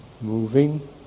moving